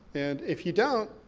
and if you don't,